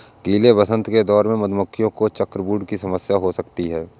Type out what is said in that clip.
गीले वसंत के दौरान मधुमक्खियों को चॉकब्रूड की समस्या हो सकती है